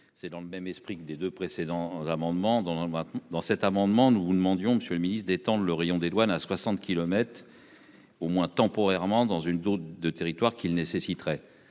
C'est dans le même esprit que des deux précédents amendements dans le dans cet amendement, nous vous demandions Monsieur le Ministre des temps le rayon des douanes à 60 kilomètres. Au moins temporairement dans une zone de territoire qui nécessiterait